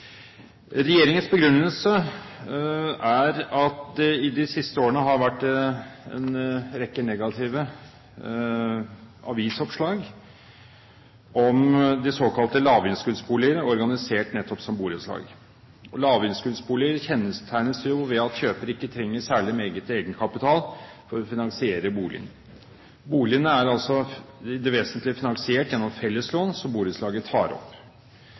Regjeringens begrunnelse er at det de siste årene har vært en rekke negative avisoppslag om de såkalte lavinnskuddsboligene organisert nettopp som borettslag. Lavinnskuddsboliger kjennetegnes ved at kjøper ikke trenger særlig meget egenkapital for å finansiere boligkjøpet. Boligene er i det vesentlige finansiert gjennom felleslån som borettslaget tar opp.